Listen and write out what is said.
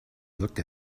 looked